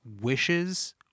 wishes